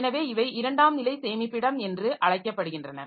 எனவே இவை இரண்டாம் நிலை சேமிப்பிடம் என்று அழைக்கப்படுகின்றன